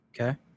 okay